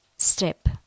step